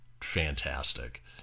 fantastic